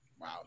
Wow